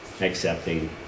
accepting